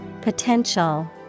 potential